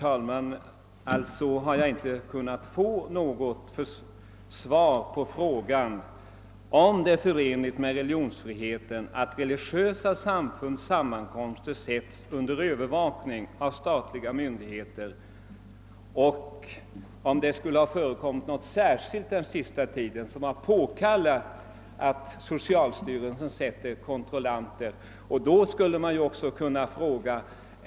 Herr talman! Jag har alltså inte kunnat få något svar på frågan om det är förenligt med religionsfriheten att religiösa samfunds sammankomster ställs under övervakning av statliga myndigheter och om det skulle ha förekommit något särskilt den senaste tiden som har påkallat socialstyrelsens insättande av kontrollanter.